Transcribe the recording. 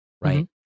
right